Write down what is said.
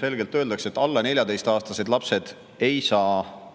selgelt öeldakse, et alla 14-aastased lapsed ei saa